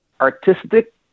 artistic